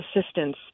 assistance